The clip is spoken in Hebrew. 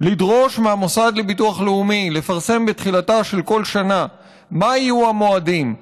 לדרוש מהמוסד לביטוח לאומי לפרסם בתחילתה של כל שנה מה יהיו המועדים,